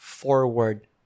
forward